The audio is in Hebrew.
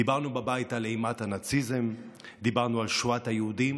דיברנו בבית על אימת הנאציזם ודיברנו על שואת היהודים